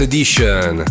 Edition